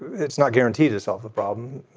it's not guaranteed to solve the problem.